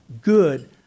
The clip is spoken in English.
good